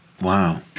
Wow